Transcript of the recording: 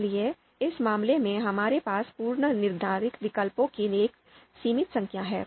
इसलिए इस मामले में हमारे पास पूर्वनिर्धारित विकल्पों की एक सीमित संख्या है